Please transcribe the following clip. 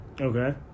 Okay